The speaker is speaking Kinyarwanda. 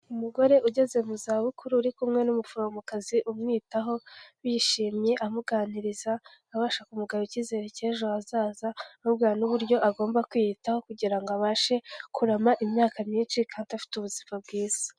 Umugore ugeze mu za bukuru uri kumwe n'umuforomokazi umwitaho, bishimye amuganiriza abashaka kumugarurira icyizere cy'ejo hazaza, amubwira n'uburyo agomba kwiyitaho kugira ngo abashe kurama imyaka myinshi kandi afite ubuzima bwiza.